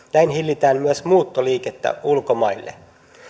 näin hillitään myös muuttoliikettä ulkomaille